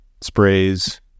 sprays